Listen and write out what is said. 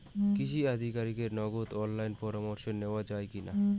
কৃষি আধিকারিকের নগদ অনলাইন পরামর্শ নেওয়া যায় কি না?